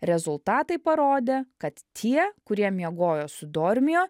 rezultatai parodė kad tie kurie miegojo su dormio